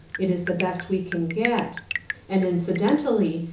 it is the best we can get and incidentally,